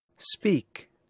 speak